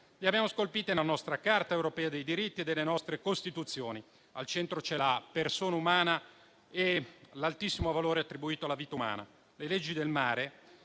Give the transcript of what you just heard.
che abbiamo scolpiti nella nostra Carta europea dei diritti e nelle nostre Costituzioni: al centro ci sono la persona umana e l'altissimo valore attribuito alla vita umana. Le leggi del mare